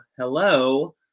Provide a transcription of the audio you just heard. Hello